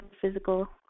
physical